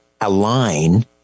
align